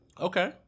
Okay